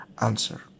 answer